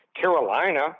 Carolina